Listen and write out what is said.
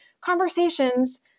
conversations